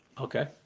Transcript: Okay